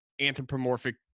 anthropomorphic